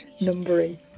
numbering